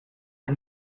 are